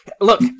Look